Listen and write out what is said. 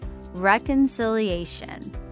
Reconciliation